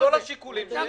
במכלול השיקולים.